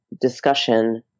discussion